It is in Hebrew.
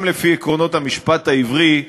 גם לפי עקרונות המשפט העברי,